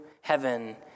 heaven